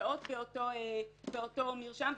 נמצאות באותו מרשם.